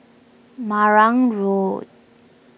Marang Road